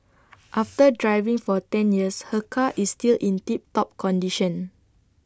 after driving for ten years her car is still in tip top condition